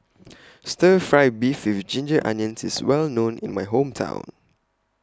Stir Fry Beef with Ginger Onions IS Well known in My Hometown